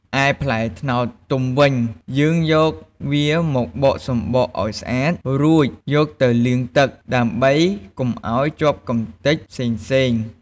ឯផ្លែត្នោតទុំវិញ យើងយកវាមកបកសម្បកឱ្យស្អាត រួចយកទៅលាងទឹក ដើម្បីកុំឱ្យជាប់កម្ទេចផ្សេងៗ។